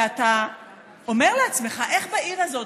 ואתה אומר לעצמך: איך בעיר הזאת,